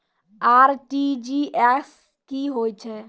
RTGS की होय छै?